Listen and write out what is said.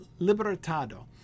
Libertado